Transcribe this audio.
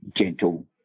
gentle